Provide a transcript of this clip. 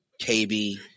KB